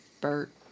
Bert